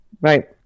right